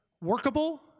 workable